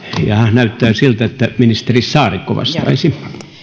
näyttää siltä että ministeri saarikko vastaisi